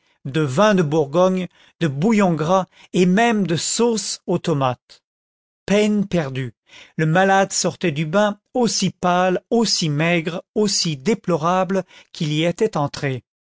de vin de bourgogne de bouillon gras et même de sauce aux tomates peine perdue le malade sortait du bain aussi pâle aussi maigre aussi déplorable qu'il y était entré